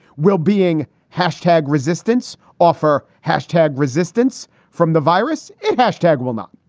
will being hashtag resistance offer hashtag resistance from the virus? and hashtag will not.